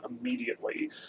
immediately